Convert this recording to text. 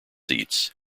seats